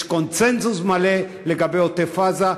יש קונסנזוס מלא לגבי עוטף-עזה,